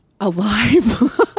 alive